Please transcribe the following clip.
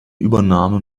übernahme